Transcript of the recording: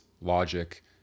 logic